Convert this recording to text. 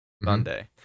Monday